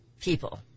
people